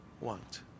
want